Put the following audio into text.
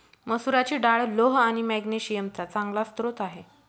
मसुराची डाळ लोह आणि मॅग्नेशिअम चा चांगला स्रोत आहे